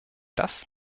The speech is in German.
das